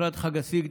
ובפרט חג הסגד,